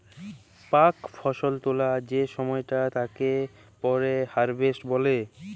পাক ফসল তোলা যে সময়টা তাকে পরে হারভেস্ট বলে